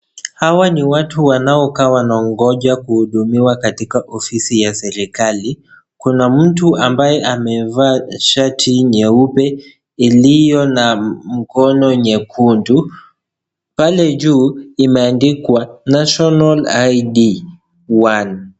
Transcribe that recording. Hawa ni watu wanaokaa wanangoja kuhudumiwa katika ofisi ya serikali. Kuna mtu ambaye amevaa shati nyeupe iliyo na mkono nyekundu. Pale juu imeandikwa National ID1.